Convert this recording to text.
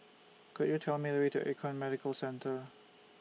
Could YOU Tell Me The Way to Econ Medicare Centre